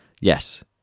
Yes